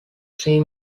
three